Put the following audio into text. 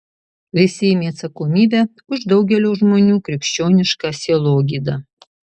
prisiėmė atsakomybę už daugelio žmonių krikščionišką sielogydą